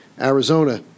Arizona